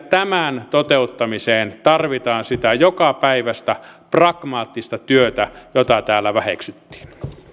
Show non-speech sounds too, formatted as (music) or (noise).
(unintelligible) tämän toteuttamiseen tarvitaan sitä jokapäiväistä pragmaattista työtä jota täällä väheksyttiin